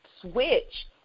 switch